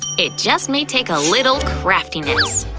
it just may take a little craftiness.